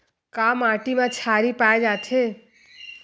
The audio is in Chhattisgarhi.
का माटी मा क्षारीय पाए जाथे?